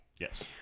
yes